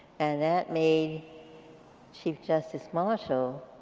and that made chief justice marshall